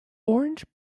orange